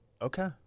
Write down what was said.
Okay